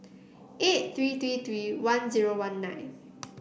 eight three three three one zero one nine